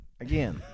again